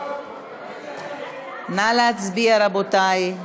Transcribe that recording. נא להצביע, רבותי.